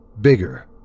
Bigger